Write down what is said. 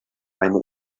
eine